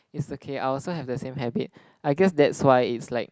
it's okay I also have the same habit I guess that's why it's like